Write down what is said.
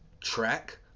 track